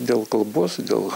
dėl kalbos dėl